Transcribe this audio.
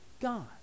God